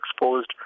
exposed